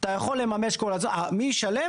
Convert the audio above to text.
אתה יכול לממש כל הזמן, מי ישלם?